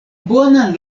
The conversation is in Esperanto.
bonan